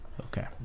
Okay